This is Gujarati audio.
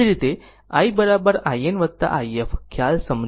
એ જ રીતે i in i f ખ્યાલ સમજો